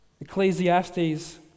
Ecclesiastes